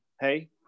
Hey